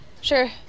sure